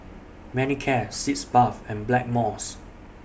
Manicare Sitz Bath and Blackmores